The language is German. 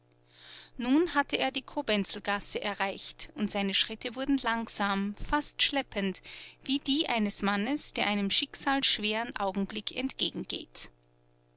nun hatte er die kobenzlgasse erreicht und seine schritte wurden langsam fast schleppend wie die eines mannes der einem schicksalsschweren augenblick